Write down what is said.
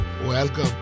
welcome